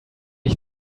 ich